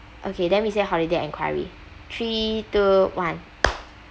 okay then we say holiday inquiry three two one